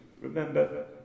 remember